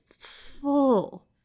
full